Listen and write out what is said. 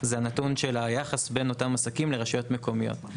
הוא היחס בין אותם עסקים לרשויות מקומיות.